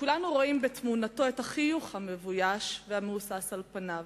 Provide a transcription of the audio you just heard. כולנו רואים בתמונתו את החיוך המבויש והמהוסס על פניו.